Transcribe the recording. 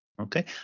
Okay